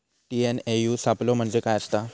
TNAU सापलो म्हणजे काय असतां?